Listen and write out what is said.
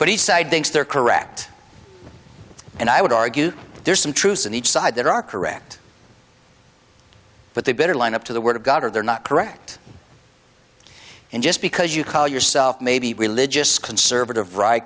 they're correct and i would argue that there's some truth in each side there are correct but they better line up to the word of god or they're not correct and just because you call yourself maybe religious conservative r